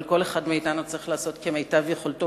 אבל כל אחד מאתנו צריך לעשות כמיטב יכולתו